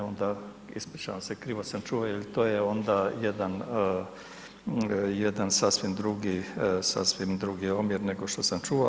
E onda ispričavam se, krivo sam čuo jer to je onda jedan sasvim drugi, sasvim drugi omjer nego što sam čuo.